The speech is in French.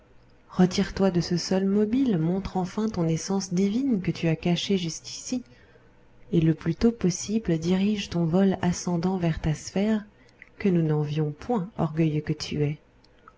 retire-toi de ce sol mobile montre enfin ton essence divine que tu as cachée jusqu'ici et le plus tôt possible dirige ton vol ascendant vers ta sphère que nous n'envions point orgueilleux que tu es